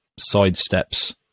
sidesteps